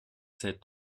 sept